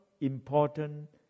Important